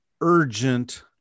urgent